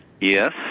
Yes